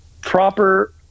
proper